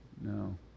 No